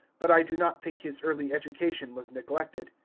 but i do not think his early education was neglected.